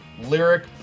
lyric